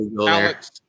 Alex